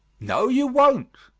no, you won't!